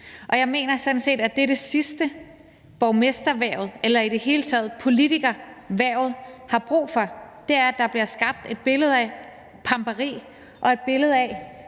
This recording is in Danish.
Jeg mener sådan set, at det er det sidste, borgmesterhvervet eller i det hele taget politikerhvervet har brug for, altså at der bliver skabt et billede af pamperi og et billede af,